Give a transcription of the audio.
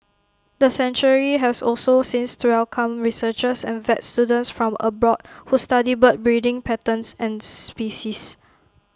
the sanctuary has also since to welcomed researchers and vet students from abroad who study bird breeding patterns and species